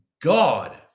God